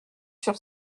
sur